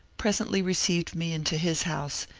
presently received me into his house,